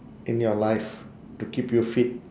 in your life to keep you fit